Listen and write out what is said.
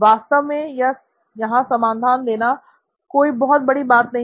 वास्तव में यहां समाधान देना कोई बहुत बड़ी बात नहीं है